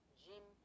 gym